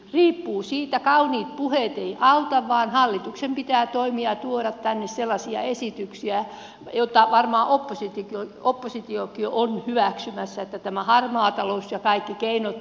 riippuu siitä kauniit puheet eivät auta vaan hallituksen pitää toimia ja tuoda tänne sellaisia esityksiä joita varmaan oppositiokin on hyväksymässä että tämä harmaa talous ja kaikki keinottelut saataisiin kuriin